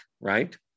right